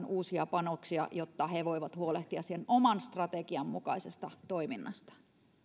uusia panoksia jotta ne voivat huolehtia oman strategiansa mukaisesta toiminnasta